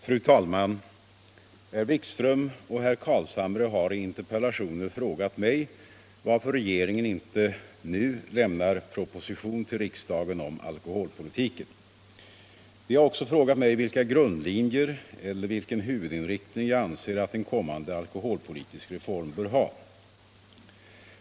Fru talman! Herr Wikström och herr Carlshamre har i interpellationer frågat mig varför regeringen inte nu lämnar proposition till riksdagen om alkoholpolitiken. De har också frågat mig vilka grundlinjer eller vilken huvudinriktning jag anser att en kommande alkoholpolitisk reform bör ha.